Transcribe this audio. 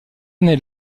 année